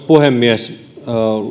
puhemies